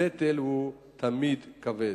הנטל הוא תמיד כבד.